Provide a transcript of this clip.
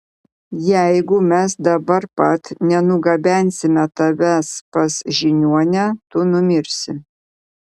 jeigu mes dabar pat nenugabensime tavęs pas žiniuonę tu numirsi